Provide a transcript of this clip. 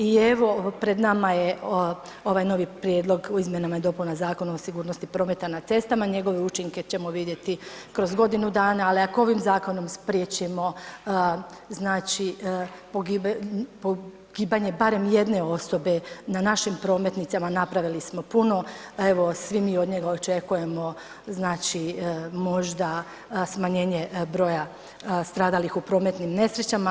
I evo pred nama je ovaj novi Prijedlog u izmjenama i dopunama Zakona o sigurnosti prometa na cestama, njegove učinke ćemo vidjeti kroz godinu dana ali ako ovim zakonom spriječimo znači pogibanje barem jedne osobe na našim prometnicama napravili smo puno a evo svi mi od njega očekujemo znači možda smanjenje broja stradalih u prometnim nesrećama.